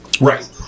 Right